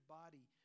body